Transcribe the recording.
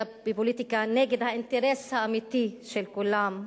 אלא בפוליטיקה נגד האינטרס האמיתי של כולם,